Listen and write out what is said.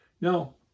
Now